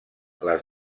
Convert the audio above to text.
les